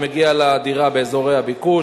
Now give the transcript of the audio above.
שמגיעה לה דירה באזורי הביקוש,